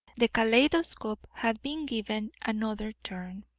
the kaleidoscope had been given another turn.